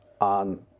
on